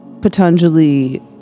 Patanjali